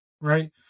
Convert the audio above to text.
right